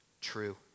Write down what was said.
true